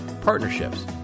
partnerships